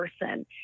person